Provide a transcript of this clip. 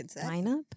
lineup